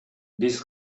биз